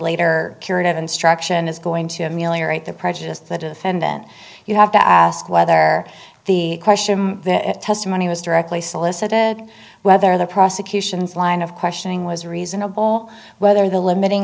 later curative instruction is going to ameliorate the prejudice the defendant you have to ask whether the question testimony was directly solicited whether the prosecution's line of questioning was reasonable whether the limiting